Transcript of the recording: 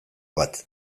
bat